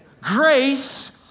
grace